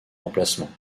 emplacements